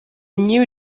new